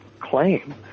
claim